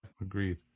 Agreed